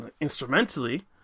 instrumentally